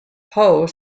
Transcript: howe